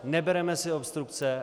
Nebereme si obstrukce.